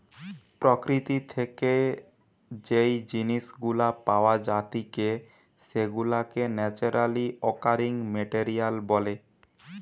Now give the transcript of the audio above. প্রকৃতি থেকে যেই জিনিস গুলা পাওয়া জাতিকে সেগুলাকে ন্যাচারালি অকারিং মেটেরিয়াল বলে